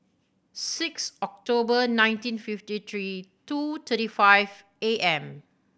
six October nineteen fifty three two thirty five A M